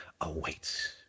awaits